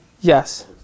Yes